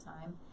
time